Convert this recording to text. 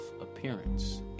appearance